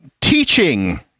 teaching